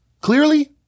clearly